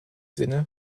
sinne